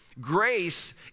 Grace